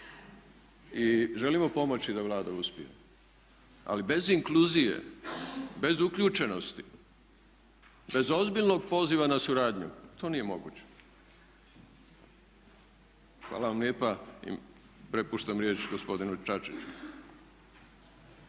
i želimo pomoći da Vlada uspije ali bez inkluzije, bez uključenosti, bez ozbiljnog poziva na suradnju to nije moguće. Hvala vam lijepa i prepuštam riječ gospodinu Čačiću.